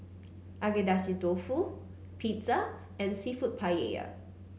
Agedashi Dofu Pizza and seafood Paella